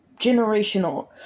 Generational